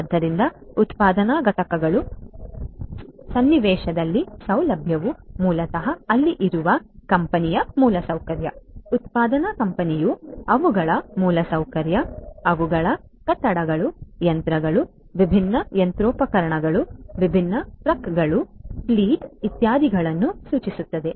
ಆದ್ದರಿಂದ ಉತ್ಪಾದನಾ ಘಟಕಗಳ ಸನ್ನಿವೇಶದಲ್ಲಿನ ಸೌಲಭ್ಯವು ಮೂಲತಃ ಅಲ್ಲಿರುವ ಕಂಪನಿಯ ಮೂಲಸೌಕರ್ಯ ಉತ್ಪಾದನಾ ಕಂಪನಿಯು ಅವುಗಳ ಮೂಲಸೌಕರ್ಯ ಅವುಗಳ ಕಟ್ಟಡಗಳು ಯಂತ್ರಗಳು ವಿಭಿನ್ನ ಯಂತ್ರೋಪಕರಣಗಳು ವಿಭಿನ್ನ ಟ್ರಕ್ಗಳು ಫ್ಲೀಟ್ ಇತ್ಯಾದಿಗಳನ್ನು ಸೂಚಿಸುತ್ತದೆ